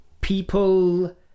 people